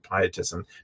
pietism